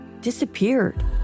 disappeared